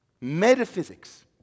Metaphysics